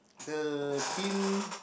the bin